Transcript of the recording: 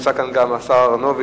נמצא כאן גם השר אהרונוביץ,